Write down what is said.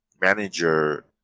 manager